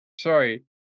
Sorry